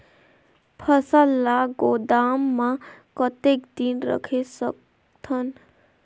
फसल ला गोदाम मां कतेक दिन रखे सकथन?